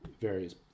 various